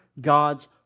God's